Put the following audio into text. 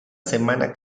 semana